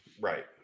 Right